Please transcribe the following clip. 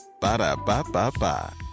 ba-da-ba-ba-ba